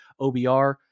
OBR